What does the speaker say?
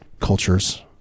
cultures